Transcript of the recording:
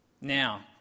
Now